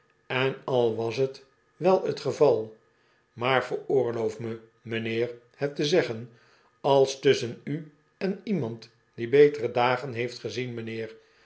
en al was t wel t geval maar veroorloof me m'nheer het te zeggen als tusschen u en iemand die betere dagen heeft gezien m'nheer